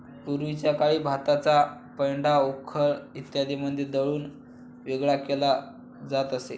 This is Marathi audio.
पूर्वीच्या काळी भाताचा पेंढा उखळ इत्यादींमध्ये दळून वेगळा केला जात असे